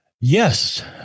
Yes